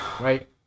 right